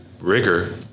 rigor